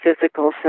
physical